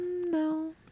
no